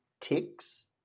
ticks